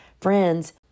Friends